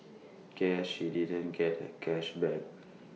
guess she didn't get her cash back